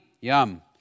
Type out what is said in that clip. yum